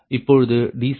இப்பொழுது dCdPg20